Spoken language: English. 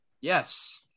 Yes